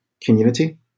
community